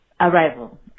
Arrival